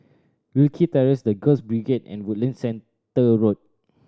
Wilkie Terrace The Girls Brigade and Woodlands Centre Road